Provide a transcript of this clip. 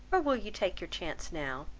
or will you take your chance now?